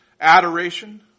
adoration